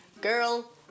girl